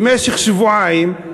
במשך שבועיים,